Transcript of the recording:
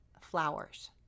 flowers